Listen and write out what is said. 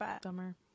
Dumber